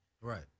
Right